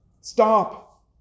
Stop